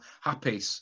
happy